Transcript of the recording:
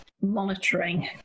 monitoring